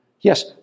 Yes